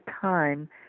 time